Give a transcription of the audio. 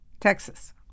Texas